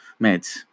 meds